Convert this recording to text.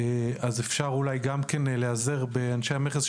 אולי אפשר להיעזר גם באנשי המכס,